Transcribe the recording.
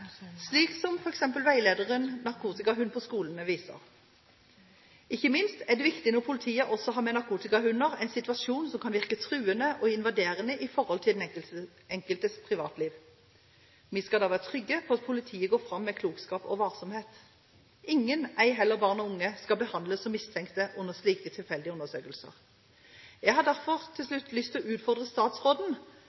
slik som f.eks. veilederen «Narkotikahund på skoler» viser. Ikke minst er dette viktig når politiet har med narkotikahunder – det er en situasjon som kan virke truende og invaderende i den enkeltes privatliv. Vi skal være trygge på at politiet går fram med klokskap og varsomhet. Ingen – ei heller barn og unge – skal behandles som mistenkte under slike tilfeldige undersøkelser. Jeg har til slutt lyst til